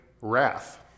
wrath